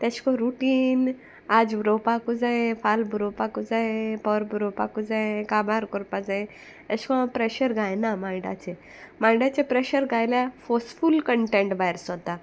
तेश कोन रुटीन आज बोरोवपाकू जाय फाल बोरोवपाकू जाय पर बोरोवपाकू जाय काबार कोरपा जाय एश कोन हांव प्रेशर गायना मायंडाचे मायंडाचे प्रेशर गायल्या फोर्सफूल कंटेंट भायर सोदता